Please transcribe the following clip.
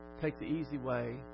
take-the-easy-way